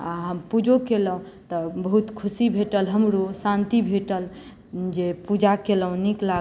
आ पूजो केलहुॅं तऽ बहुत खुशी भेटल हमरो शांति भेटल जे पूजा केलहुॅं नीक लागल